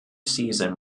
season